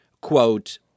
Quote